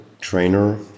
trainer